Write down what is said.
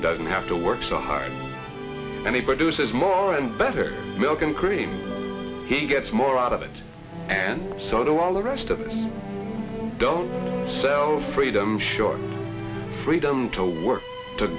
doesn't have to work so hard anybody who says more and better milk and cream he gets more out of it and so do all the rest of them don't sell freedom short freedom to work t